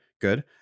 good